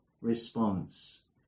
response